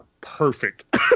Perfect